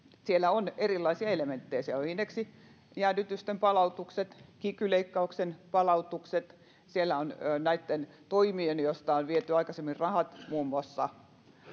on erilaisia elementtejä siellä on indeksijäädytysten palautukset kiky leikkauksen palautukset siellä on näitten toimien joista on viety aikaisemmin rahat muun muassa